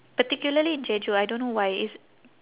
particularly jeju I don't know why it's